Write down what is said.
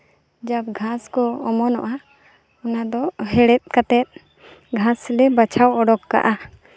ᱡᱚᱵ ᱜᱷᱟᱥ ᱠᱚ ᱚᱢᱚᱱᱚᱜᱼᱟ ᱚᱱᱟᱫᱚ ᱦᱮᱲᱦᱮᱫ ᱠᱟᱛᱮᱫ ᱜᱷᱟᱥ ᱞᱮ ᱵᱟᱪᱷᱟᱣ ᱩᱰᱩᱠ ᱠᱟᱜᱼᱟ